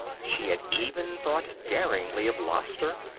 she had even thought daringly of lobster.